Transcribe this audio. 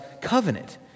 covenant